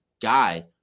guy